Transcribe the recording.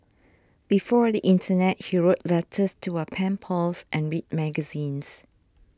before the internet he wrote letters to our pen pals and read magazines